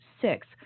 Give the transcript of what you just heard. six